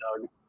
Doug